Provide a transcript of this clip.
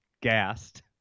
gassed